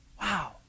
wow